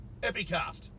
epicast